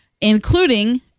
including